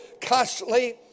constantly